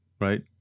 right